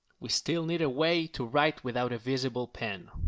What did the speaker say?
we still need a way to write without a visible pen.